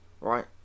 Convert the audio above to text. right